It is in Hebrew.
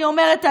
אני אומרת היום,